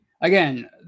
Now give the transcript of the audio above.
again